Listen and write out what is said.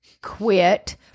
quit